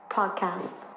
Podcast